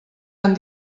han